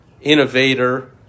innovator